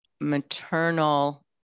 maternal